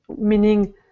meaning